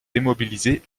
démobilisé